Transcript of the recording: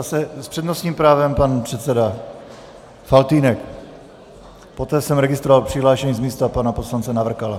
S přednostním právem pan předseda Faltýnek, poté jsem registroval přihlášení z místa pana poslance Navrkala.